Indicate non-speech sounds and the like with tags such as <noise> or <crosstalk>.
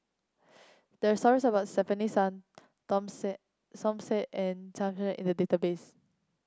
there stories about Stefanie Dom Said Som Said and Sai Hua <unintelligible> in the database